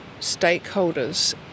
stakeholders